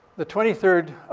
the twenty third,